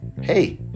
hey